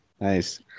nice